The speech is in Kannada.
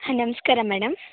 ಹಾಂ ನಮಸ್ಕಾರ ಮೇಡಮ್